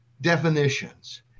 definitions